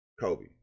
Kobe